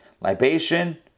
Libation